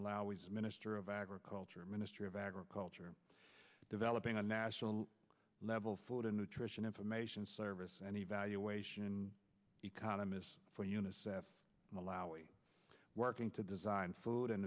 malawi minister of agriculture ministry of agriculture developing a national level food and nutrition information service and evaluation and economists for unicef allowing working to design food and